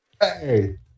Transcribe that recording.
Hey